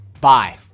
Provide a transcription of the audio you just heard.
bye